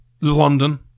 London